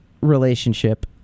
relationship